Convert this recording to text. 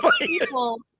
people